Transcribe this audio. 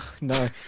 no